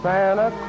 Santa